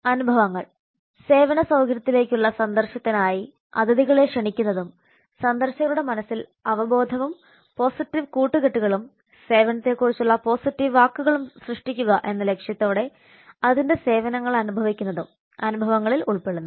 അനുഭവങ്ങൾ സേവന സൌകര്യത്തിലേക്കുള്ള സന്ദർശനത്തിനായി അതിഥികളെ ക്ഷണിക്കുന്നതും സന്ദർശകരുടെ മനസ്സിൽ അവബോധവും പോസിറ്റീവ് കൂട്ടുകെട്ടുകളും സേവനത്തെക്കുറിച്ചുള്ള പോസിറ്റീവ് വാക്കുകളും സൃഷ്ടിക്കുക എന്ന ലക്ഷ്യത്തോടെ അതിന്റെ സേവനങ്ങൾ അനുഭവിക്കുന്നതും അനുഭവങ്ങളിൽ ഉൾപ്പെടുന്നു